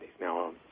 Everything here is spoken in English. now